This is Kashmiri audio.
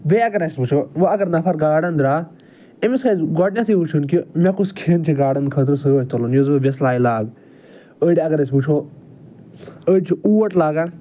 بیٚیہِ اگر اَسہِ وٕچھو وۄنۍ اگر نفر گاڈَن درٛا أمِس آسہِ گۄڈٕنٮ۪تھٕے وٕچھُن کہِ مےٚ کُس کھٮ۪ن چھِ گاڈن خٲطرٕ سۭتۍ تُلُن یُس بہٕ بِسلاے لاگہٕ أڑۍ اگر أسۍ وٕچھو أڑۍ چھِ اوٹ لاگان